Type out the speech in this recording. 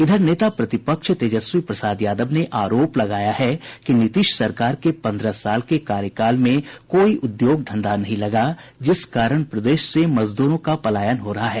इधर नेता प्रतिपक्ष तेजस्वी प्रसाद यादव ने आरोप लगाया है कि नीतीश सरकार के पन्द्रह साल के कार्यकाल में कोई उद्योग धंधा नहीं लगा जिस कारण प्रदेश से मजद्रों का पलायन हो रहा है